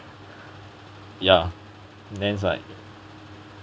ya then it's like